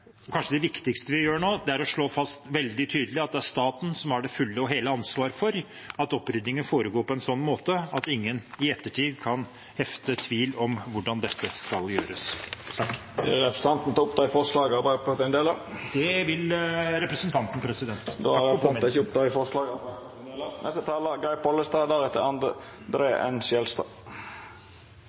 kanskje at det viktigste vi gjør nå, er å slå fast veldig tydelig at det er staten som har det fulle og hele ansvaret for at oppryddingen foregår på en sånn måte at ingen i ettertid kan reise tvil om hvordan dette skal gjøres. Vil representanten ta opp dei forslaga Arbeidarpartiet er ein del av? Ja, det vil representanten. Då har representanten Terje Aasland teke opp dei forslaga